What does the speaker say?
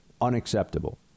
Unacceptable